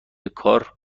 کار